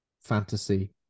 Fantasy